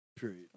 period